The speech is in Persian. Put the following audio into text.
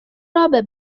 رابه